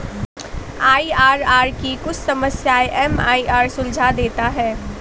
IRR की कुछ समस्याएं एम.आई.आर.आर सुलझा देता है